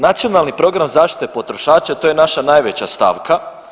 Nacionalni program zaštite potrošača to je naša najveća stavka.